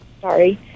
Sorry